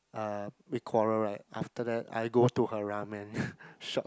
uh they quarrel right after that I go to her ramen shop